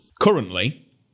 Currently